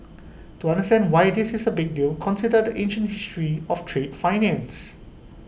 to understand why this is A big deal consider ancient history of trade finance